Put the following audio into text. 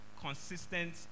consistent